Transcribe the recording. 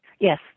Yes